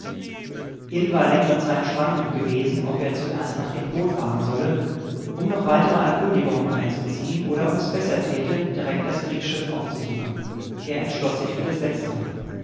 war längere zeit schwankend gewesen ob er zuerst nach dem pol fahren solle um noch nähere erkundigungen einzuziehen oder ob er besser täte direkt das kriegsschiff aufzusuchen er entschloß sich für das letztere